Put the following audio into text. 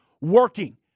Working